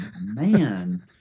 man